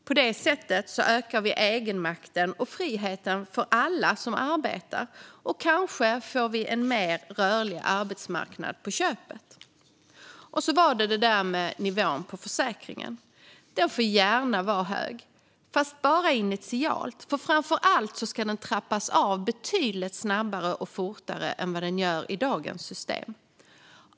På detta sätt ökar vi egenmakten och friheten för alla som arbetar, och kanske får vi en mer rörlig arbetsmarknad på köpet. Och så var det detta med nivån på försäkringen. Den får gärna vara hög, men bara initialt. Framför allt ska den trappas av betydligt snabbare än vad den gör i dagens system.